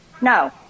No